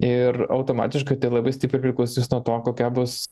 ir automatiškai tai labai stipriai priklausys nuo to kokia bus